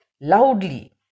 loudly